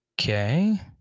Okay